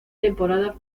temporada